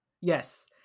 yes